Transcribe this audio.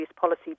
policy